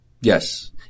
Yes